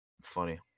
funny